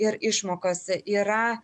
ir išmokos yra